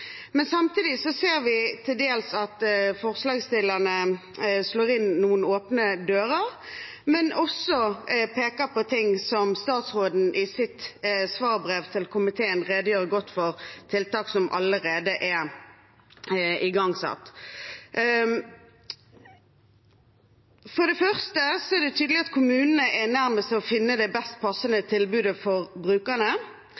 Samtidig ser vi at forslagsstillerne til dels slår inn noen åpne dører og også peker på ting som statsråden i sitt svarbrev til komiteen redegjør godt for – tiltak som allerede er igangsatt. Det er tydelig at kommunene er nærmest til å finne det tilbudet som passer best